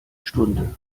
stunde